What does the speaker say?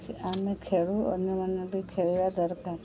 ଆମେ ଖେଳୁ ଅନ୍ୟମାନେ ବି ଖେଳିବା ଦରକାର